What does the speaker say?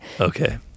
okay